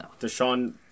Deshaun